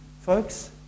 Folks